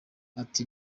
ati